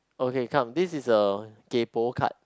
okay come this is a kaypoh card